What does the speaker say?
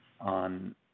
on